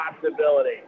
possibility